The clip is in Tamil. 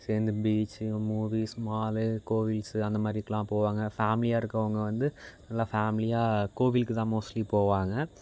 சேர்ந்து பீச்சு மூவிஸ் மாலு கோவில் அந்த மாதிரிக்கெலாம் போவாங்க ஃபேமிலியாக இருக்கவங்க வந்து நல்லா ஃபேமிலியாக கோவிலுக்கு தான் மோஸ்ட்லி போவாங்க